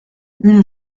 une